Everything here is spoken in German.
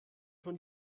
von